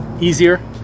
easier